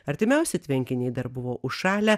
artimiausi tvenkiniai dar buvo užšalę